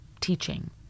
teaching